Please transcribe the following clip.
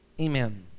Amen